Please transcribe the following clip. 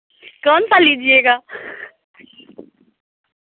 कौन सा लीजिएगा